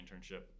internship